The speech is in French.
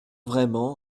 vraiment